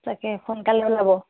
তাকে সোনকালে ওলাব